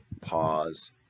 pause